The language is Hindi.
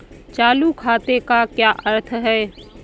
चालू खाते का क्या अर्थ है?